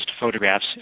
photographs